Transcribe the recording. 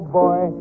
boy